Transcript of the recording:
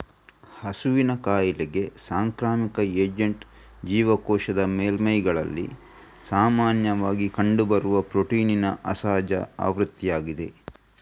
ಹಸುವಿನ ಕಾಯಿಲೆಗೆ ಸಾಂಕ್ರಾಮಿಕ ಏಜೆಂಟ್ ಜೀವಕೋಶದ ಮೇಲ್ಮೈಗಳಲ್ಲಿ ಸಾಮಾನ್ಯವಾಗಿ ಕಂಡುಬರುವ ಪ್ರೋಟೀನಿನ ಅಸಹಜ ಆವೃತ್ತಿಯಾಗಿದೆ